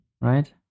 right